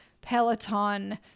peloton